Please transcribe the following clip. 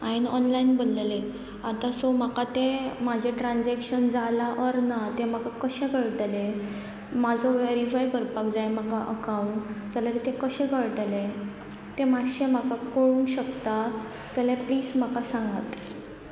हांवें ऑनलायन भरल्लेलें आतां सो म्हाका तें म्हाजें ट्रानजेक्शन जालां ऑर ना तें म्हाका कशें कळटले म्हाजो वेरीफाय करपाक जाय म्हाका अकवंट जाल्यार तें कशें कळटले तें मातशें म्हाका कळूंक शकता जाल्या प्लीज म्हाका सांगात